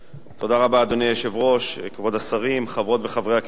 אדוני היושב-ראש, כבוד השרים, חברות וחברי הכנסת,